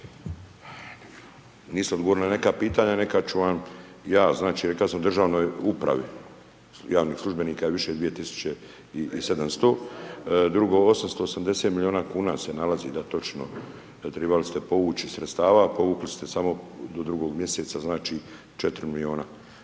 Niste odgovorili na neka pitanja, na neka ću vam ja. Reka sam državnoj upravi, javnih službenika je više 2700. Drugo, 880 milijuna kuna se nalazi, da točno, tribali ste povući iz sredstava, povukli ste samo do drugog mjeseca, znači, 4 milijuna.